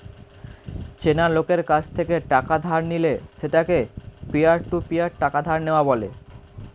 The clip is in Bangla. চেনা লোকের কাছ থেকে টাকা ধার নিলে সেটাকে পিয়ার টু পিয়ার টাকা ধার নেওয়া বলে